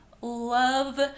Love